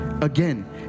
again